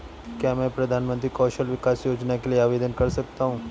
क्या मैं प्रधानमंत्री कौशल विकास योजना के लिए आवेदन कर सकता हूँ?